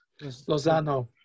Lozano